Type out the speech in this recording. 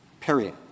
period